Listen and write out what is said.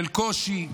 של קושי,